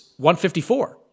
154